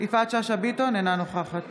יפעת שאשא ביטון, אינה נוכחת